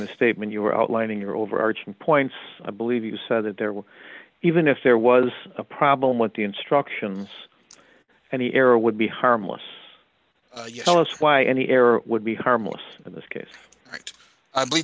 the statement you were outlining your overarching point i believe you said that there was even if there was a problem with the instruction any error would be harmless you tell us why any error would be harmless in this case right i believe